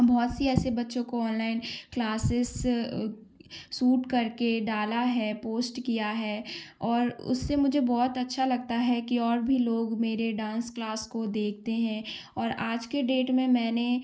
बहुत सी ऐसे बच्चों को ऑनलाइन क्लासेज़ अ सूट करके डाला है पोस्ट किया है और उससे मुझे बहुत अच्छा लगता है कि और भी लोग मेरे डांस क्लास को देखते हैं और आज के डेट में मैंने